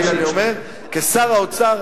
והנה אני אומר: כשר האוצר,